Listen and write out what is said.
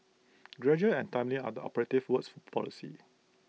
gradual and timely are the operative words policy